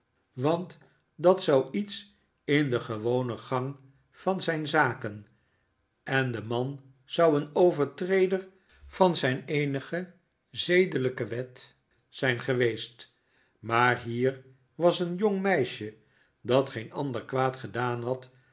want dat zou iets in den gewonen gang van zijn zaken en de man zou een overtreder van zijn eenige zedelijke wet zijn geweest maar hier was een jong meisje dat geen ander kwaad gedaan had